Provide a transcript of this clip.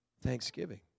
Thanksgiving